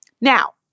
Now